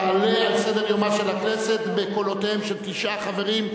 תעלינה על סדר-יומה של הכנסת בקולותיהם של תשעה חברים,